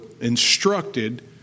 instructed